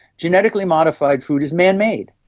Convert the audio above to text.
genetically modified food is man-made,